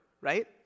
right